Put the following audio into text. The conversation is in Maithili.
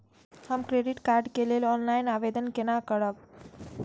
हम क्रेडिट कार्ड के लेल ऑनलाइन आवेदन केना करब?